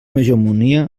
hegemonia